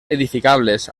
edificables